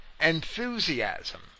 enthusiasm